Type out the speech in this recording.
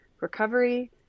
recovery